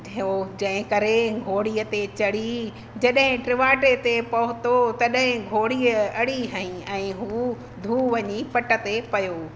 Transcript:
थियो जंहिं करे घोड़ीअ ते चढ़ी जॾहिं ट्रेवाटे ते पहुतो तॾहिं घोड़ी अड़ी हईं ऐं हूअ धू वञी पट ते पियो